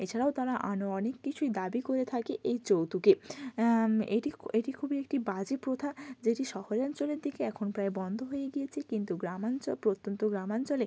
এছাড়াও তারা আনো অনেক কিছুই দাবি করে থাকে এই যৌতুকে এটি এটি খুবই একটি বাজে প্রথা যেটি শহরাঞ্চলের দিকে এখন প্রায় বন্ধ হয়ে গিয়েছে কিন্তু গ্রামাঞ্চল প্রত্যন্ত গ্রামাঞ্চলে